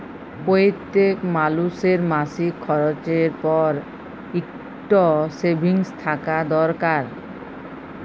প্যইত্তেক মালুসের মাসিক খরচের পর ইকট সেভিংস থ্যাকা দরকার